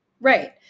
Right